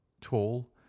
tall